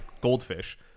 goldfish